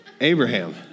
Abraham